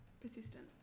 persistent